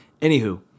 Anywho